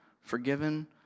forgiven